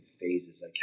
phases